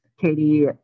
Katie